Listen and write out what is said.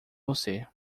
você